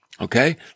Okay